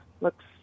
looks